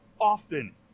often